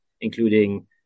including